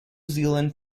zealand